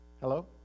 Hello